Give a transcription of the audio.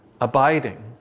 abiding